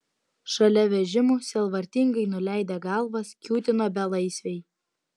šalia vežimų sielvartingai nuleidę galvas kiūtino belaisviai